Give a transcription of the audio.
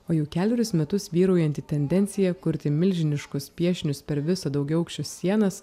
o jau kelerius metus vyraujanti tendencija kurti milžiniškus piešinius per viso daugiaaukščio sienas